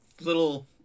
little